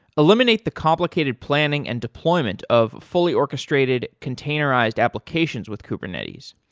eliminate the complicated planning and deployment of fully orchestrated containerized applications with kubernetes.